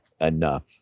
enough